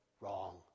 wrong